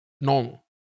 normal